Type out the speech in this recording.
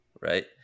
right